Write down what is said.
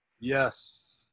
Yes